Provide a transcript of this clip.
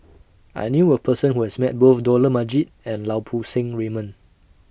I knew A Person Who has Met Both Dollah Majid and Lau Poo Seng Raymond